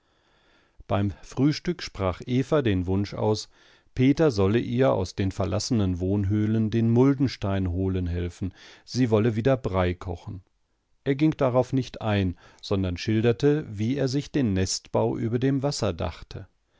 beim frühstück sprach eva den wunsch aus peter solle ihr aus den verlassenen wohnhöhlen den muldenstein holen helfen sie wolle wieder brei kochen er ging nicht darauf ein sondern schilderte wie er sich den nestbau über dem wasser dachte